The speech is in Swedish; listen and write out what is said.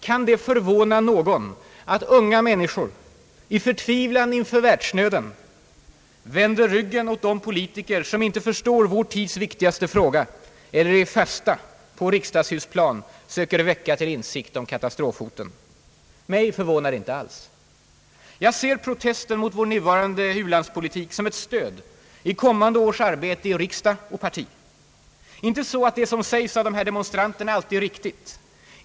Kan det förvåna någon att unga människor i förtvivlan inför världsnöden vänder ryggen åt de politiker som inte förstår vår tids viktigaste fråga eller i fasta på riksdagshusplanen söker väcka till insikt om katastrofhotet? Mig förvånar det inte alls. Jag ser protesten mot vår nuvarande u-landspolitik såsom ett stöd i kommande års arbete i riksdag och parti. Inte så att det som sägs av dessa demonstranter alltid är riktigt.